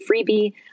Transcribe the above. freebie